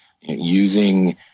using